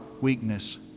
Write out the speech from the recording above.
weakness